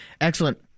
Excellent